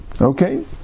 Okay